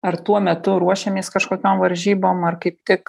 ar tuo metu ruošėmės kažkokiom varžybom ar kaip tik